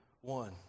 one